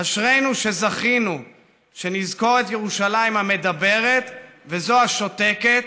אשרינו שזכינו שנזכור את ירושלים המדברת וזו השותקת,